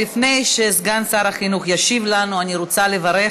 לפני שסגן שר החינוך ישיב לנו, אני רוצה לברך